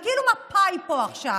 זה כאילו מפא"י פה עכשיו.